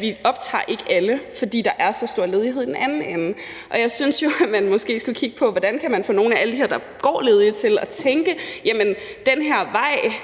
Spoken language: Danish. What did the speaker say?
Vi optager ikke alle, fordi der er så stor ledighed i den anden ende. Jeg synes jo, at man måske skulle kigge på, hvordan man kan få nogle af alle dem, der går ledige, til at tænke, at præstevejen,